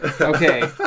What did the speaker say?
Okay